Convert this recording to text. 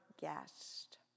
guest